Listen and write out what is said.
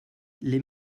les